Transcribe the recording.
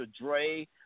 Dre